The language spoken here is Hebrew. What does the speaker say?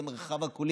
זה מרחב קולי,